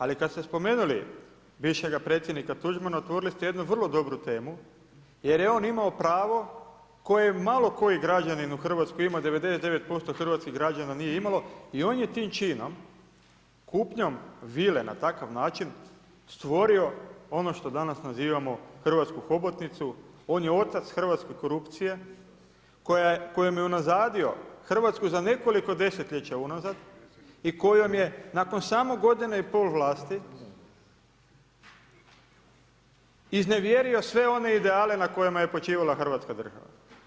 Ali kada ste spomenuli bivšega predsjednika Tuđmana, otvorili ste jednu vrlo dobru temu jer je on imao pravo koje malo koji građanin u Hrvatskoj ima 99% hrvatskih građana nije imalo i on je tim činom, kupnjom vile na takav način stvorio ono što danas nazivamo hrvatsku hobotnicu, on je otac hrvatske korupcije kojom je unazadio Hrvatsku za nekoliko desetljeća unazad i kojom je nakon samo godine i pol vlasti iznevjerio sve one ideale na kojima je počivala Hrvatska država.